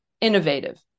innovative